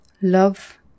love